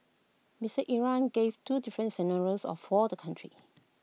Mister Imran gave two different scenarios of for the country